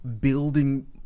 building